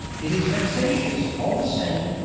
it is vexatious all the same,